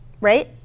right